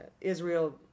Israel